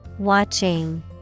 Watching